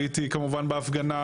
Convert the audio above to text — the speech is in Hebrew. הייתי כמובן בהפגנה,